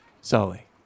Sully